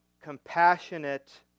compassionate